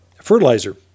Fertilizer